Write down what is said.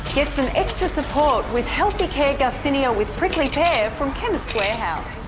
get some extra support with healthy care garcinia with prickly pear from chemist warehouse,